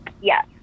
Yes